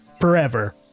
forever